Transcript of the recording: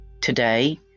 Today